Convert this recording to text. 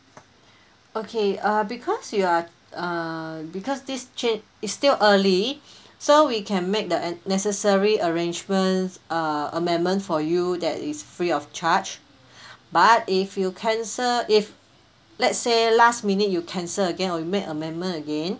okay uh because you are uh because this trip is still early so we can make the necessary arrangements uh amendment for you that is free of charge but if you cancel if let's say last minute you cancel again or you make amendment again